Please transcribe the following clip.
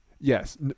Yes